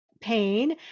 pain